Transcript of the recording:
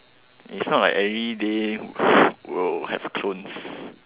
is not like everyday will have a clones